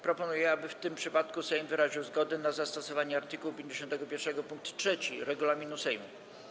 Proponuję, aby w tym przypadku Sejm wyraził zgodę na zastosowanie art. 51 pkt 3 regulaminu Sejmu.